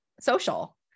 social